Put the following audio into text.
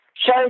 show